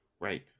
Right